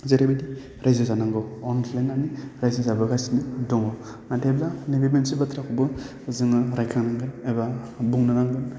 जेरैबायदि रायजो जानांगौ अनज्लायनानै रायजो जाबोगासिनो दङ नाथायब्ला नैबे मोनसे बाथ्राखौबो जोङो रायखांनांगोन एबा बुंनो नांगोन